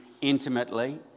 intimately